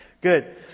Good